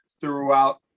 throughout